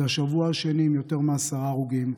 זה השבוע השני עם יותר מעשרה הרוגים.